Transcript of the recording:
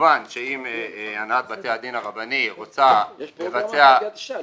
כמובן שאם הנהלת בתי הדין הרבני רוצה לבצע --- יש פרוגרמה חדשה.